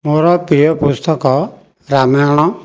ମୋର ପ୍ରିୟ ପୁସ୍ତକ ରାମାୟଣ